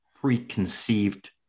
preconceived